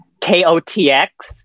K-O-T-X